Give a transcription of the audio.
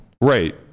Right